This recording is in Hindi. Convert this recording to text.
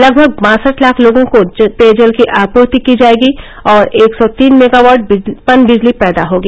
लगभग बासठ लाख लोगों को पेयजल की आपूर्ति की जायेगी और एक सौ तीन मेगावॉट पनबिजली पैदा होगी